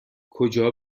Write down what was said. کجا